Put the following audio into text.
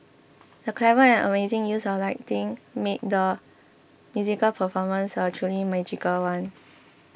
the clever and amazing use of lighting made the musical performance a truly magical one